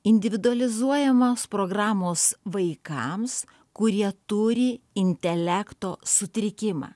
individualizuojamos programos vaikams kurie turi intelekto sutrikimą